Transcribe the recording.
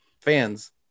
fans